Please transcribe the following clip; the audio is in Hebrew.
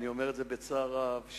אני אומר את זה בצער רב,